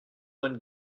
when